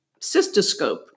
cystoscope